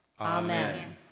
Amen